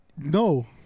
No